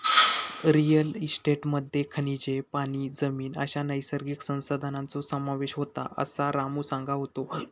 real इस्टेटमध्ये खनिजे, पाणी, जमीन अश्या नैसर्गिक संसाधनांचो समावेश होता, असा रामू सांगा होतो